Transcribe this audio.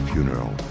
Funeral